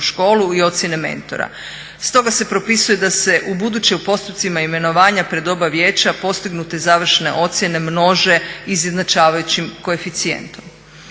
školu i ocjene mentora. Stoga se propisuje da se ubuduće u postupcima imenovanja pred oba vijeća postignute završne ocjene množe i izjednačavajućim koeficijentom.